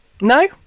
No